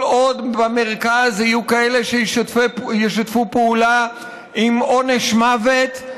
כל עוד במרכז יהיו כאלה שישתפו פעולה עם עונש מוות,